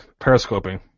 periscoping